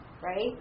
right